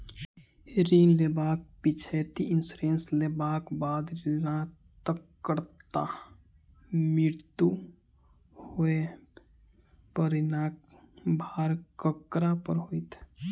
ऋण लेबाक पिछैती इन्सुरेंस लेबाक बाद ऋणकर्ताक मृत्यु होबय पर ऋणक भार ककरा पर होइत?